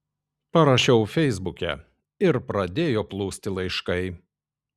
parašiau feisbuke ir pradėjo plūsti laiškai